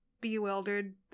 bewildered